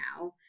now